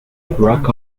rock